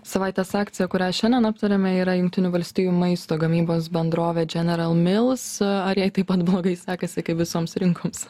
savaitės akcija kurią šiandien aptariame yra jungtinių valstijų maisto gamybos bendrovė general mills ar jai taip pat blogai sekasi kaip visoms rinkoms